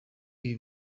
ibi